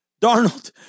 darnold